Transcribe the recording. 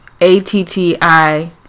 A-T-T-I